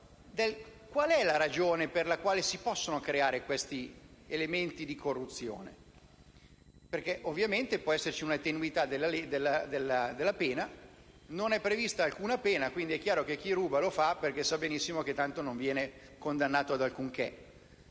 quale sia la ragione per cui si possono creare questi elementi di corruzione? Infatti, può ovviamente esserci una tenuità della pena: non è prevista alcuna pena e, quindi, è chiaro che chi ruba lo fa perché sa benissimo che tanto non viene condannato ad alcunché.